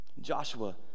Joshua